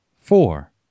Four